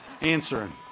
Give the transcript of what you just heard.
Answering